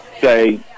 say